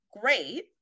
great